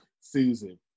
Susan